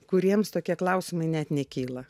kuriems tokie klausimai net nekyla